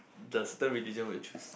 the certain religion will choose